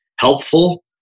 helpful